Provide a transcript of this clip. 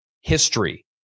history